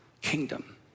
kingdom